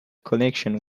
connection